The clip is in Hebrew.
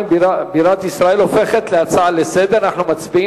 הצעת חוק ירושלים בירת ירושלים הופכת להצעה לסדר-היום.